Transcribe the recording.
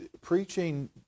preaching